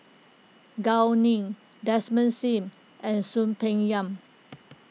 Gao Ning Desmond Sim and Soon Peng Yam